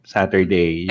Saturday